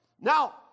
Now